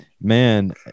Man